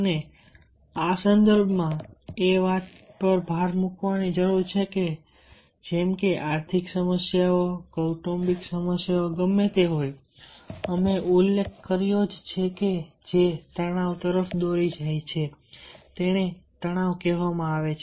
અને આ સંદર્ભમાં એ વાત પર ભાર મૂકવાની જરૂર છે કે જેમ કે આર્થિક સમસ્યાઓ કૌટુંબિક સમસ્યાઓ ગમે તે હોય અમે ઉલ્લેખ કર્યો છે કે જે તણાવ તરફ દોરી જાય છે તેને તણાવ કહેવામાં આવે છે